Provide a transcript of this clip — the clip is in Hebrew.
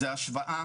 זה השוואה